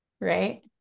Right